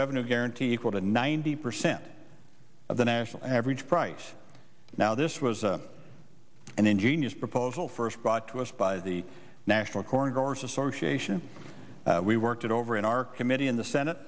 revenue guarantee equal to ninety percent of the national average price now this was a and then genius proposal first brought to us by the national corn growers association we worked it over in our committee in the senate